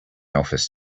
office